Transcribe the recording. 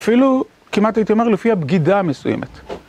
אפילו כמעט הייתי אומר, לפיה בגידה מסוימת.